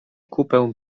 kupę